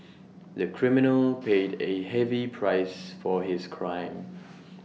the criminal paid A heavy price for his crime